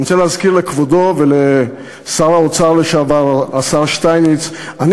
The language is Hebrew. אני רוצה להזכיר לכבודו ולשר האוצר לשעבר השר שטייניץ: אני